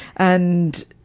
and,